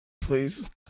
please